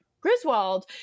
Griswold